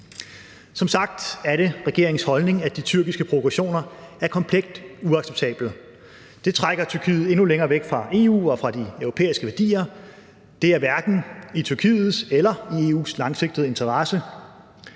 Som sagt er det regeringens holdning, at de tyrkiske provokationer er komplet uacceptable. Det trækker Tyrkiet endnu længere væk fra EU og fra de europæiske værdier, og det er hverken i Tyrkiets eller i EU's langsigtede interesse.